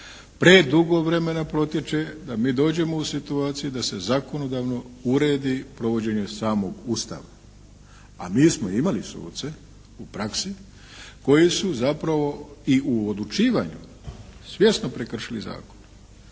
Predugo vremena protječe da mi dođemo u situaciju da se zakonodavno uredi provođenje samog Ustava. A mi smo imali suce u praksi koji su zapravo i u odlučivanju svjesni prekršili zakon